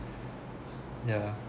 yeah